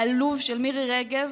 עלוב של מירי רגב,